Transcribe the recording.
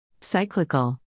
Cyclical